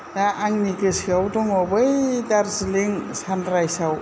दा आंनि गोसोआव दङ बै दार्जिलीं सानरायजाव